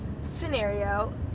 scenario